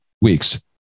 week's